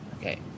Okay